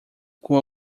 com